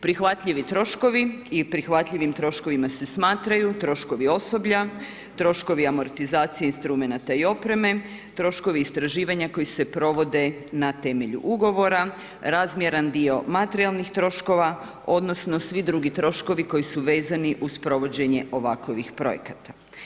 Prihvatljivi troškovi i prihvatljivim troškovima se smatraju, troškovi osoblja, troškovi amortizacija instrumenta i opreme, troškovi istraživanja koji se provode na temelju ugovora, razmjeran dio materijalnih troškova, odnosno, svi drugi troškovi koji su vezani uz provođenje ovakvih projekata.